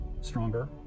stronger